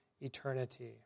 eternity